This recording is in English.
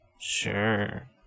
Sure